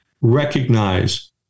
recognize